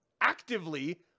actively